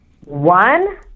one